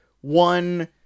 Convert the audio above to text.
one